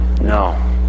No